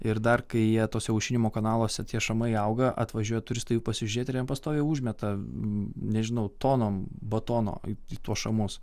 ir dar kai jie tose aušinimo kanaluose tie šamai auga atvažiuoja turistai pasižiūrėt ir jiem pastoviai užmeta nežinau tonom batono į tuos šamus